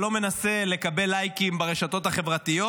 לא מנסה לקבל לייקים ברשתות החברתיות,